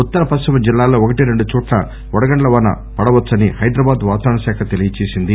ఉత్తర పశ్చిమ జిల్లాల్లో ఒకటి రెండు చోట్ల వడగండ్ల వాన పడవచ్చని హైదరాబాద్ వాతావరణ శాఖ తెలియజేసింది